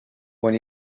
when